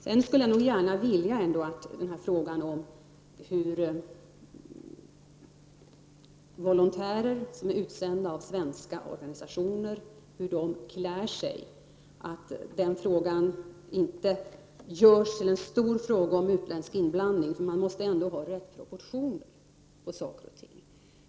Jag skulle också vilja att frågan om hur volontärer utsända av svenska organisationer klär sig inte görs till en stor fråga om utländsk inblandning. Man måste ändå ha de rätta proportionerna på saker och ting.